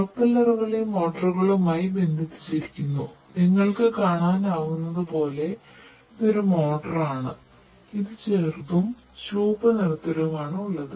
പ്രൊപ്പല്ലറുകൾ ഈ മോട്ടോറുകളുമായി ബന്ധിപ്പിച്ചിരിക്കുന്നു നിങ്ങൾക്ക് കാണാനാകുന്നതുപോലെ ഇത് ഒരു മോട്ടോർ ആണ് ഇത് ചെറുതും ചുവപ്പ് നിറത്തിലുമനു ഉള്ളത്